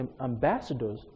ambassadors